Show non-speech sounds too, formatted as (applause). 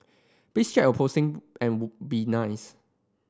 please check your posting and (unintelligible) be nice